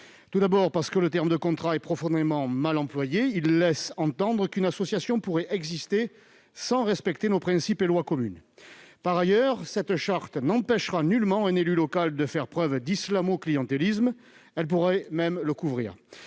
et les fondations. Le terme « contrat » est profondément mal employé. Il laisse entendre qu'une association pourrait exister sans respecter nos principes et lois communes. En outre, cette charte n'empêchera nullement un élu local d'islamo-clientélisme- elle pourrait même le couvrir.